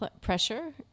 pressure